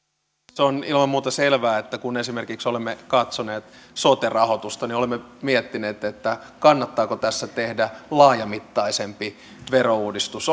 se on ilman muuta selvää että kun esimerkiksi olemme katsoneet sote rahoitusta niin olemme miettineet kannattaako tässä tehdä laajamittaisempi verouudistus